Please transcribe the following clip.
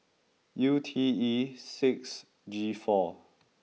U T E six G four